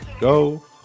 go